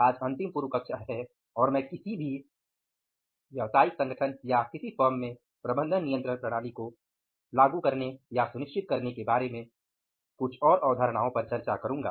आज अंतिम पूर्व कक्षा है और मैं किसी भी व्यावसायिक संगठन या किसी फर्म में प्रबंधन नियंत्रण प्रणाली को लागू करने या सुनिश्चित करने के बारे में कुछ और अवधारणाओं पर चर्चा करूँगा